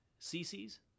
cc's